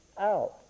out